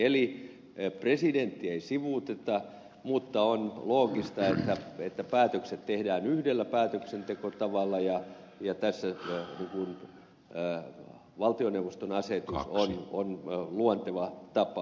eli presidenttiä ei sivuuteta mutta on loogista että päätökset tehdään yhdellä päätöksentekotavalla ja tässä valtioneuvoston asetus on luonteva tapa